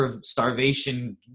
starvation